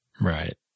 Right